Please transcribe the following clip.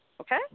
Okay